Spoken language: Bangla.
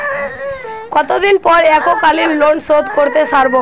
কতদিন পর এককালিন লোনশোধ করতে সারব?